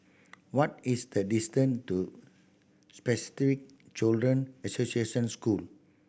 what is the distance to Spastic Children Association School